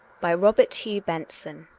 by robert hugh benson